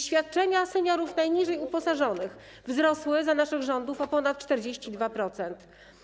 Świadczenia seniorów najniżej uposażonych wzrosły za naszych rządów o ponad 42%.